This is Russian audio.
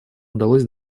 удалось